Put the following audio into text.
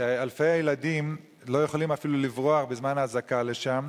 ואלפי ילדים לא יכולים אפילו לברוח בזמן אזעקה שם,